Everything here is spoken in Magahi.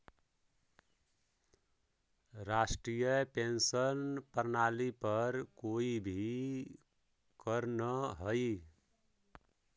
राष्ट्रीय पेंशन प्रणाली पर कोई भी करऽ न हई